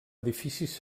edificis